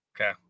Okay